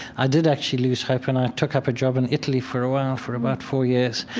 i did actually lose hope and i took up a job in italy for a while for about four years,